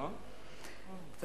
לא צריך לשכנע, אנחנו נצביע בעד.